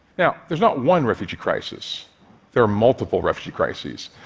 now, there's not one refugee crisis there are multiple refugee crises.